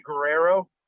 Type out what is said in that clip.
Guerrero